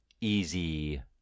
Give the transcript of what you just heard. easy